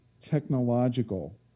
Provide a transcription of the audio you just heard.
technological